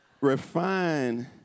refine